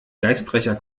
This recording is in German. geistreicher